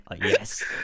yes